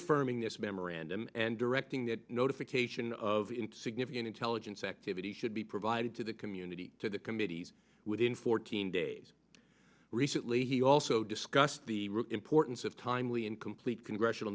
affirming this memorandum and directing that notification of into significant intelligence activity should be provided to the community to the committees within fourteen days recently he also discussed the importance of timely and complete congressional